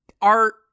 art